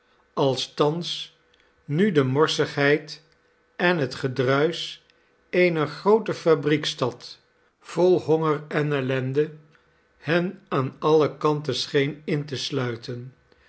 thans nu de morsigheid en het gedruis eener groote fabriekstad vol honger en ellende hen aan allekanten scheen in te shviten